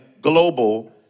global